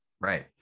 right